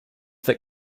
that